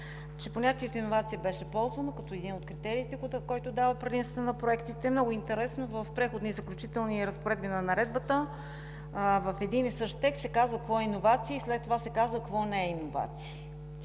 че понятието „иновация“ беше ползвано като един от критериите, който дава предимство на проектите. Много интересно, в Преходните и заключителни разпоредби на Наредбата в един и същи текст се казва какво е иновация и след това се казва какво не е иновация.